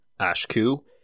Ashku